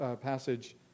passage